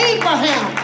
Abraham